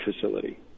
facility